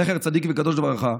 זכר צדיק וקדוש לברכה,